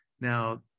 Now